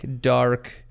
Dark